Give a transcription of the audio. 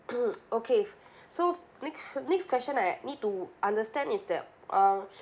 okay so next next question I need to understand is the um